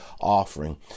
offering